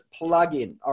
plugin